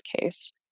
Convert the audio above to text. case